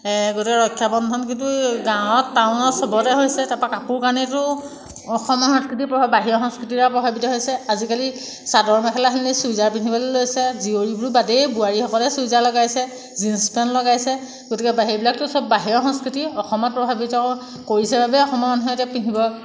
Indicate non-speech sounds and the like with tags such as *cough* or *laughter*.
গতিকে ৰক্ষা বন্ধন কিন্তু গাঁৱত টাউনত চবতে হৈছে তাৰপৰা কাপোৰ কানিটোও অসমৰ সংস্কৃতিৰে প্ৰভাৱ বাহিৰৰ সংস্কৃতিৰে প্ৰভাৱিত হৈছে আজিকালি চাদৰ মেখেলা সলনি চুইজাৰ পিন্ধিবলৈ লৈছে জিয়ৰীবোৰো বাদেই বোৱাৰীসকলে চুইজাৰ লগাইছে জিঞ্ছ পেণ্ট লগাইছে গতিকে *unintelligible* সেইবিলাকটো চব বাহিৰৰ সংস্কৃতি অসমত প্ৰভাৱিত কৰিছে বাবে অসমৰ মানুহে এতিয়া পিন্ধিব